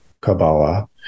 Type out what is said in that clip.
Kabbalah